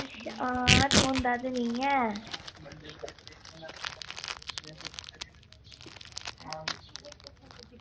आं थ्होंदा ते निं ऐ